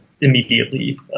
immediately